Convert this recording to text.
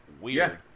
weird